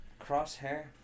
crosshair